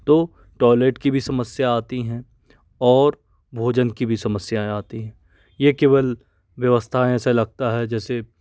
तो टॉयलेट की भी समस्या आती है और भोजन की भी समस्याएँ आती हैं ये केवल व्यवस्थाएँ ऐसा लगता है जैसे